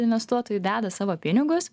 investuotojai deda savo pinigus